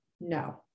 No